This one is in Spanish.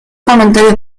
comentarios